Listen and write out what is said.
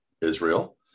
Israel